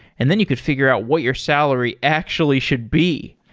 and then you could figure out what your salary actually should be.